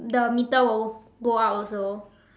the meter will go up also